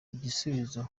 igisubizo